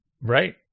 Right